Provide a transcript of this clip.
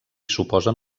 suposen